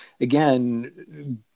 again